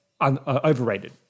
overrated